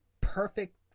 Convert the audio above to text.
perfect